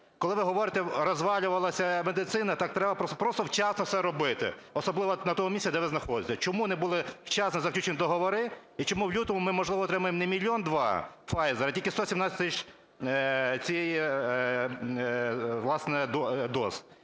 Коли ви говорите, розвалювалася медицина, так треба вчасно просто все робити, особливо на тому місці, де ви знаходитеся. Чому не були вчасно заключені договори? І чому ми в лютому ми, можливо, отримаємо не мільйон-два Pfizer, а тільки 117 тисяч цих доз?